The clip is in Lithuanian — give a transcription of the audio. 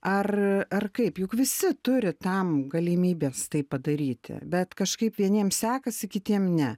ar ar kaip juk visi turi tam galimybes tai padaryti bet kažkaip vieniem sekasi kitiem ne